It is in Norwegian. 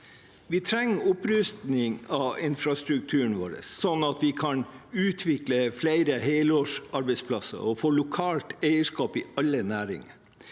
Vi trenger opprusting av infrastrukturen vår sånn at vi kan utvikle flere helårs arbeidsplasser og få lokalt eierskap i alle næringer.